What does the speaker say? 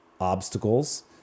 obstacles